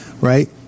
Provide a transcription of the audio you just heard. right